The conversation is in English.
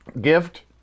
Gift